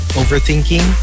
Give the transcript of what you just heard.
overthinking